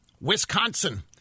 Wisconsin